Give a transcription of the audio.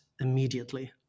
immediately